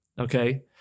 Okay